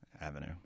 Avenue